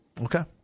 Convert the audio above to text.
Okay